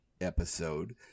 episode